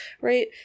right